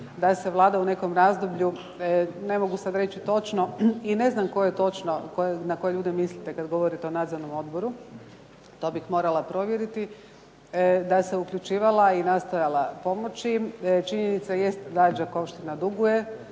da se Vlada u nekom razdoblju ne mogu sada reći točno i ne znam na koje ljude mislite kad govorite o nadzornom odboru, to bih morala provjeriti, da se uključivala i nastojala pomoći. Činjenica jest da Đakovština duguje